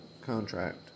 contract